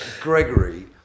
Gregory